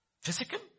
Physical